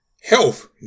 Health